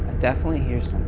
definitely